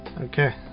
okay